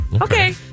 okay